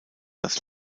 das